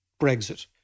Brexit